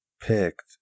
picked